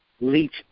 leach